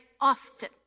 often